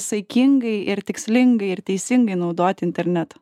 saikingai ir tikslingai ir teisingai naudoti internetą